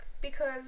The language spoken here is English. because-